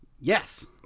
yes